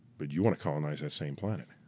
but you wanna colonize that same planet.